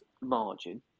margin